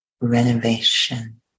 renovation